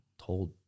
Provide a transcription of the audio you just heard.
told